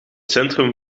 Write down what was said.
centrum